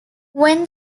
when